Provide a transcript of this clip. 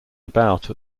about